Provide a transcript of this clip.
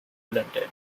london